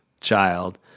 child